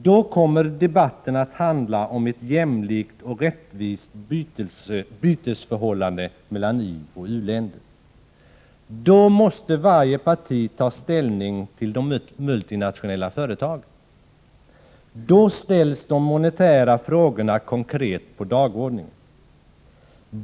Då kommer debatten att handla om ett jämlikt och rättvist bytesförhållande mellan ioch u-länder. Då måste varje parti ta ställning till de multinationella företagen, och då ställs de monetära frågorna konkret på dagordningen.